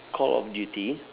call of duty